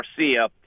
Garcia